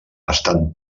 estan